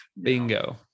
Bingo